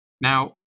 Now